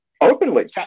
openly